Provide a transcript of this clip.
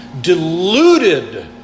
deluded